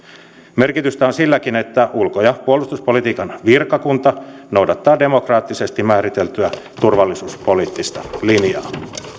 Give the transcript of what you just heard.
merkitystä on silläkin että ulko ja puolustuspolitiikan virkakunta noudattaa demokraattisesti määriteltyä turvallisuuspoliittista linjaa